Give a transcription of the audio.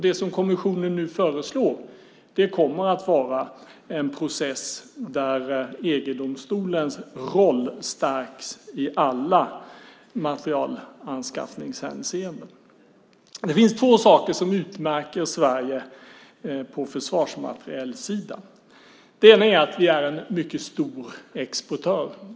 Det som kommissionen nu föreslår kommer att vara en process där EG-domstolens roll stärks i alla materielanskaffningshänseenden. Det finns två saker som utmärker Sverige på försvarsmaterielsidan. Det ena är att vi är en mycket stor exportör.